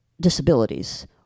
disabilities